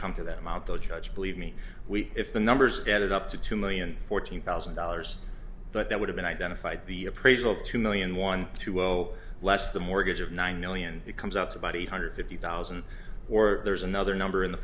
come to that amount the judge believe me we if the numbers added up to two million fourteen thousand dollars but that would have been identified the appraisal of two million one through well less the mortgage of nine million it comes out to about eight hundred fifty thousand or there's another number in the